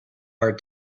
hard